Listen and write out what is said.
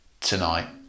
tonight